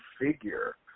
figure